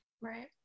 Right